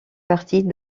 partie